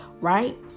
Right